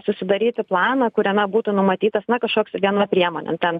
susidaryti planą kuriame būtų numatytas na kažkoks viena priemonė ten